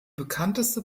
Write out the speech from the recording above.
bekannteste